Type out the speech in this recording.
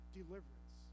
deliverance